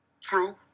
True